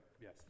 yes